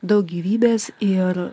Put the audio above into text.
daug gyvybės ir